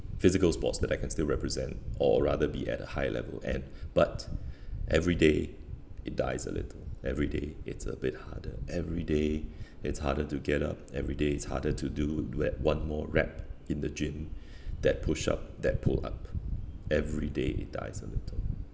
physical sports that I can still represent or rather be at a high level at but every day it dies a little every day it's a bit harder every day it's harder to get up every day it's harder to do that one more rep in the gym that push-up that pull-up every day it dies a little